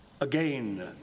Again